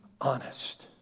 honest